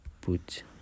put